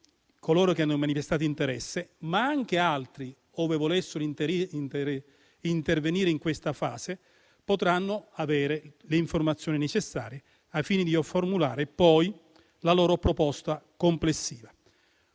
coloro che hanno manifestato interesse, ma anche altri, ove volessero intervenire in questa fase, potranno ottenere le informazioni necessarie al fine di formulare poi la loro proposta complessiva.